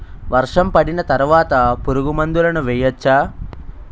వర్షం పడిన తర్వాత పురుగు మందులను వేయచ్చా?